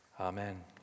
Amen